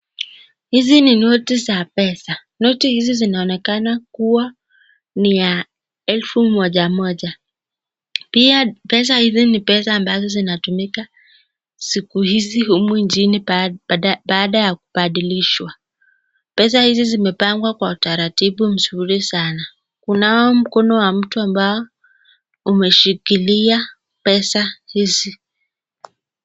Hizi ni noti za pesa, noti hizi zinaonekana kuwa ni ya elfu moja moja. Pia pesa hizi ni pesa ambazo zinatumika siku hizi humu nchini, baada ya kubadilishwa. Pesa hizi zimepangwa kwa utaratibu mzuri sana, kunao mkono wa mtu ambao umeshikilia pesa hizi.